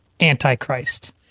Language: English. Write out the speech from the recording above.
antichrist